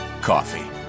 coffee